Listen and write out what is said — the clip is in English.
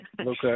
Okay